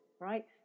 right